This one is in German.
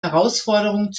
herausforderung